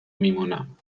میمونم